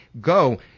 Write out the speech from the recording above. go